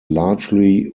largely